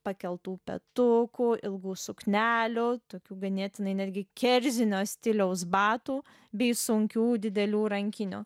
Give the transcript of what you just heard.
pakeltų petukų ilgų suknelių tokių ganėtinai netgi kerzinio stiliaus batų bei sunkių didelių rankinių